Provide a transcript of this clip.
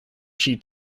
chee